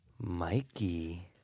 Mikey